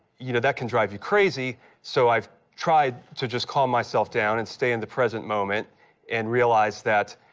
you know, that can drive you crazy. so i've tried to just calm myself down and stay in the present moment and realize that,